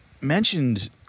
mentioned